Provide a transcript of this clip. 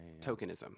tokenism